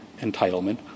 entitlement